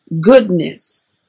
goodness